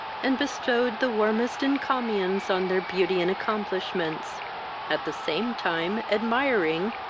and bestowed the warmest encomiums on their beauty and accomplishments at the same time admiring,